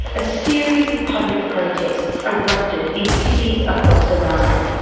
a series of public protests erupted in cities across iran.